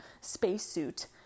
spacesuit